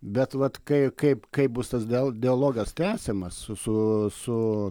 bet vat kai kaip kaip bus tas dial dialogas tęsiamas su su